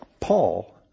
Paul